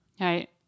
Right